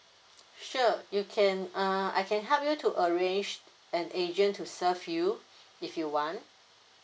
sure you can uh I can help you to arrange an agent to serve you if you want